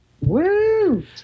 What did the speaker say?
Woo